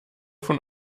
von